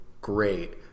great